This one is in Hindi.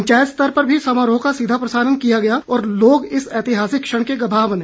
पंचायत स्तर पर भी समारोह का सीधा प्रसारण किया गया और लोग इस ऐतिहासिक क्षण के गवाह बने